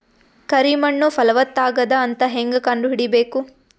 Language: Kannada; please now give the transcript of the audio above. ಕರಿ ಮಣ್ಣು ಫಲವತ್ತಾಗದ ಅಂತ ಹೇಂಗ ಕಂಡುಹಿಡಿಬೇಕು?